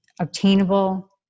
obtainable